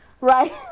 Right